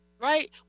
right